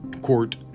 court